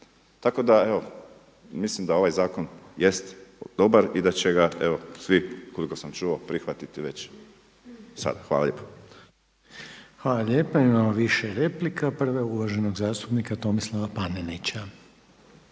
Tako da evo mislim da ovaj zakon jest dobar i da će ga koliko sam čuo prihvatiti već sada. Hvala lijepo. **Reiner, Željko (HDZ)** Hvala. Imamo više replike. Prav je uvaženog zastupnika Tomislava Panenića.